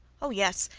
oh, yes!